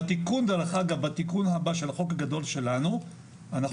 בתיקון הבא של החוק הגדול שלנו אנחנו